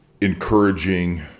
encouraging